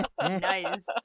Nice